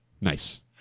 nice